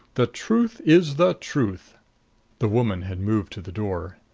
the truth is the truth the woman had moved to the door.